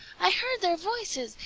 i heard their voices,